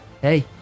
Hey